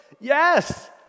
Yes